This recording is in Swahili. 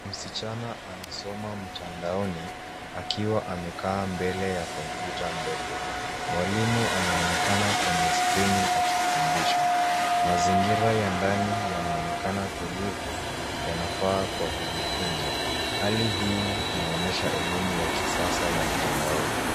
Msichana anasoma mtandaoni akiwa amekaa mbele ya kompyuta ndogo. Mwalimu anaonekana kwenye skreeni akifundisha. Mazingira ya ndani yanaonekana tulivu, yanafaa kwa kujifunza. Hali hii inaonyesha elimu ya kisasa ya mtandaoni.